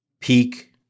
Peak